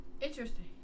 Interesting